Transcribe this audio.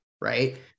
Right